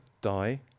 die